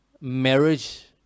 Marriage